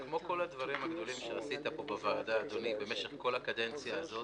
כל הדברים הגדולים והטובים שעשית פה בוועדה במשך כל הקדנציה הזאת,